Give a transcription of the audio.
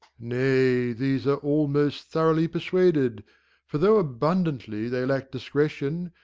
nay, these are almost thoroughly persuaded for though abundantly they lack discretion,